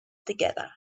together